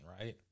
right